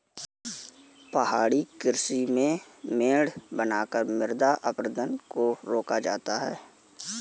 पहाड़ी कृषि में मेड़ बनाकर मृदा अपरदन को रोका जाता है